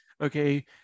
okay